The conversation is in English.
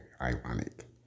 Ironic